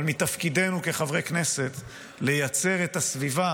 אבל מתפקידנו כחברי כנסת לייצר את הסביבה